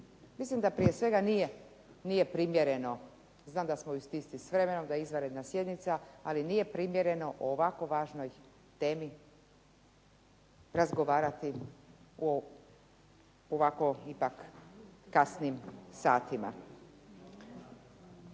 Milim da prije svega nije primjereno, znam da smo u stisci s vremenom da je izvanredna sjednica ali nije primjereno o ovako važnoj temi razgovarati u ovako ipak kasnim satima.